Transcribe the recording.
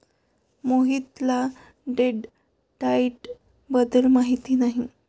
मोहितला date diet बद्दल माहिती नाही